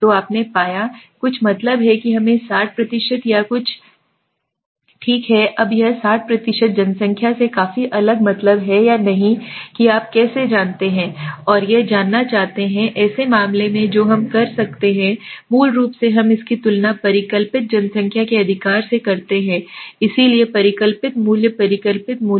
तो आपने पाया कुछ मतलब है कि हमें 60 या कुछ ठीक है अब यह 60 है जनसंख्या से काफी अलग मतलब है या नहीं कि आप कैसे जानते हैं और यह जानना चाहते हैं ऐसे मामले जो हम करते हैं मूल रूप से हम इसकी तुलना परिकल्पित जनसंख्या के अधिकार से करते हैं इसलिए परिकल्पित मूल्य परिकल्पित मूल्य